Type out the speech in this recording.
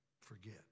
forget